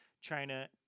China